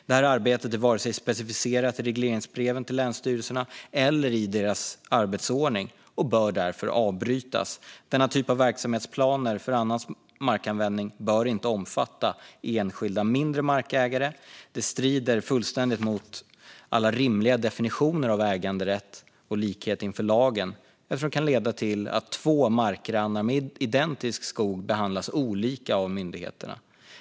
Detta arbete är inte specificerat vare sig i regleringsbreven till länsstyrelserna eller i deras arbetsordning och bör därför avbrytas. Denna typ av verksamhetsplaner för annan markanvändning bör inte omfatta enskilda mindre markägare; det strider fullständigt mot alla rimliga definitioner av äganderätt och likhet inför lagen, eftersom det kan leda till att två markgrannar med identisk skog behandlas olika av myndigheterna.